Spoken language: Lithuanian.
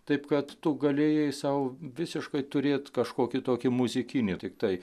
taip kad tu galėjai sau visiškai turėt kažkokį tokį muzikinį tiktai